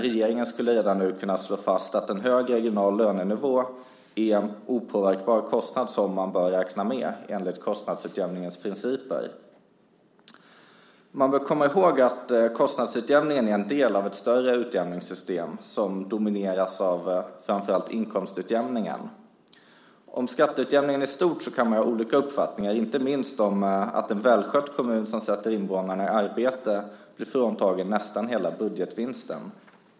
Regeringen skulle redan nu kunna slå fast att en hög regional lönenivå är en opåverkbar kostnad som man bör räkna med enligt kostnadsutjämningens principer. Man bör komma ihåg att kostnadsutjämningen är en del av ett större utjämningssystem som domineras av framför allt inkomstutjämningen. Om skatteutjämningen i stort kan man ha olika uppfattningar, inte minst att en välskött kommun som sätter invånarna i arbete blir fråntagen nästan hela budgetvinsten.